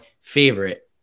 favorite